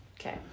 Okay